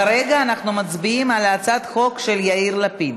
כרגע אנחנו מצביעים על הצעת החוק של יאיר לפיד,